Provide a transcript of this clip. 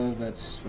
that's